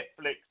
Netflix